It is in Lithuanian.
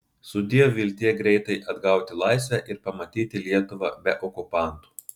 sudiev viltie greitai atgauti laisvę ir pamatyti lietuvą be okupantų